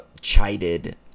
chided